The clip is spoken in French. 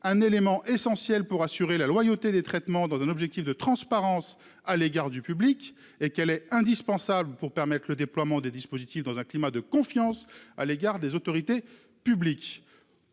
un élément essentiel pour assurer la loyauté des traitements dans un objectif de transparence à l'égard du public et qu'elle est indispensable pour permettre le déploiement des dispositifs dans un climat de confiance à l'égard des autorités publiques.